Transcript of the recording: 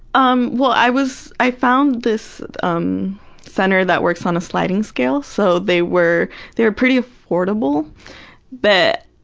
um well, i was i found this um center that works on a sliding scale, so they were they were pretty affordable but,